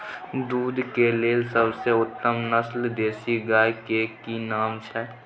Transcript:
दूध के लेल सबसे उत्तम नस्ल देसी गाय के की नाम छै?